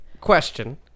Question